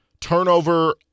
turnover